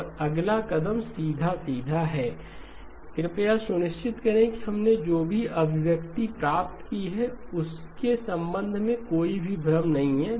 और अगला कदम सीधा सीधा है Y1X1 1M k0M 1XZLMWkM कृपया सुनिश्चित करें कि हमने जो अभिव्यक्ति प्राप्त की है उसके संबंध में कोई भ्रम नहीं है